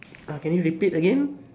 ah can you repeat again